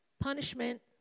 punishment